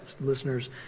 listeners